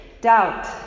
doubt